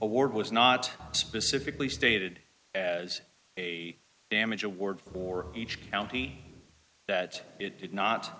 award was not specifically stated as a damage award for each county that it did not